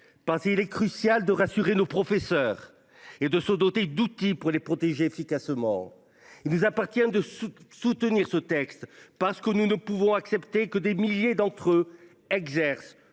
car il est crucial de rassurer nos professeurs et de nous doter d’outils pour les protéger efficacement. Il nous appartient de soutenir ce texte, car nous ne pouvons accepter que des milliers d’entre eux exercent